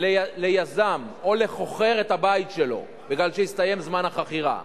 ליזם או לחוכר את הבית שלו בגלל שהסתיים זמן החכירה.